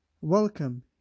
Welcome